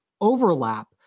overlap